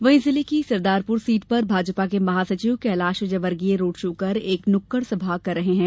वहीं जिले की सरदारपुर सीट पर भाजपा के महासचिव कैलाश विजयवर्गीय रोड शो कर एक नुक्कड़ सभा करेंगे